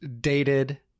dated